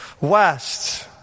West